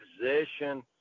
position